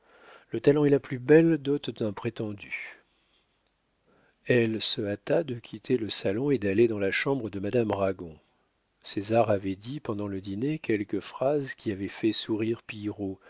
le talent est la plus belle dot d'un prétendu elle se hâta de quitter le salon et d'aller dans la chambre de madame ragon césar avait dit pendant le dîner quelques phrases qui avaient fait sourire